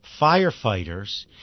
firefighters